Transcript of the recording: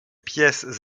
pièces